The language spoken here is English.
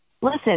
Listen